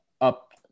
Up